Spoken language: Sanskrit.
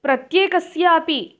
प्रत्येकस्यापि